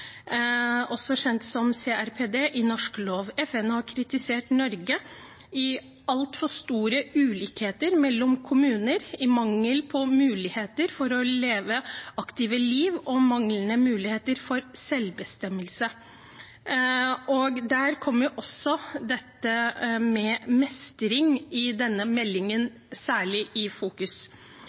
også kjent som CRPD, i norsk lov. FN har kritisert Norge for altfor store ulikheter mellom kommuner når det gjelder muligheter for å leve aktive liv, og manglende muligheter for selvbestemmelse. Der kommer også dette med mestring i denne meldingen særlig i fokus.